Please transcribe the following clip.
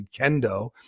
kendo